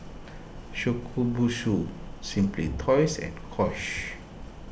Shokubutsu Simply Toys and Kose